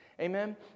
Amen